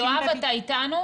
יש מעט מאוד אנשים.